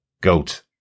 goat